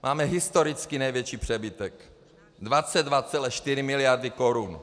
Máme historicky největší přebytek 22,4 miliardy korun.